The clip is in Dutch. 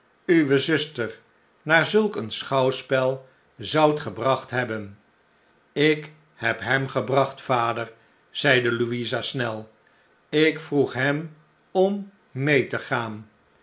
uwe zuster naar zulk een schouwspel zoudt gebracht hebben ik heb hem gebracht vader zeide louisa snel ik vroeg hem om mee te gaan